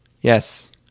Yes